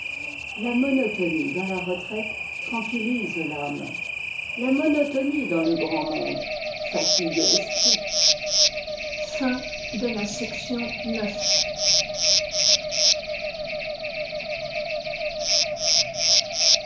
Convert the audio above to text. la monotonie dans la retraite tranquillise t'âme la monotonie dans le grand monde fatigue l'esprit chapitre ix